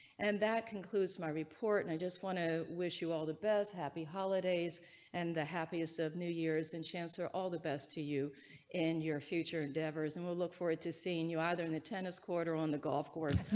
and that concludes my report and i just want to wish you all the best happy holidays and the happiest of new years and chance are all the best to you in your future endeavors and will look forward to seeing you. either in the tennis court or on the golf course.